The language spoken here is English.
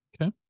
okay